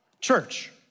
church